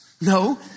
No